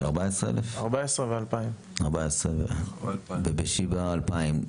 14,000 מול 2,000,